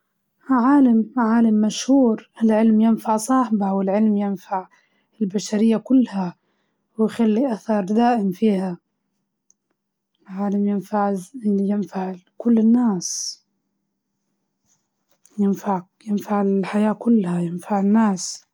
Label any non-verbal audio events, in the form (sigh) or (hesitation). عالم مشهور، تخيل نكتشف شي، ويغير حياة الناس للأحسن، (hesitation) بنحس إني درت بصمة في العالم، حتى الفنان حلو، بس مش زي نفس إحساس إنك تطور العالم.